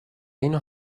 اینو